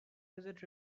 desert